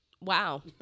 Wow